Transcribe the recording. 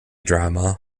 drama